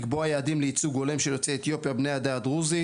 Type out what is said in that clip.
לקבוע יעדים לייצוג הולם של יוצאי אתיופיה בני העדה הדרוזית,